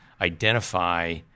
identify